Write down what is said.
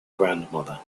grandmother